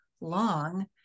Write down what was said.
long